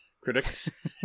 critics